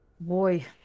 Boy